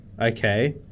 Okay